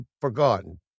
forgotten